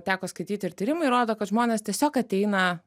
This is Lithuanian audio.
teko skaityti ir tyrimai rodo kad žmonės tiesiog ateina